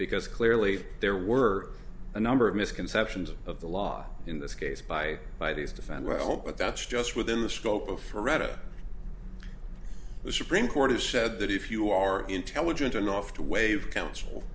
because clearly there were a number of misconceptions of the law in this case by by these defend well but that's just within the scope of heredity the supreme court has said that if you are intelligent enough to waive counsel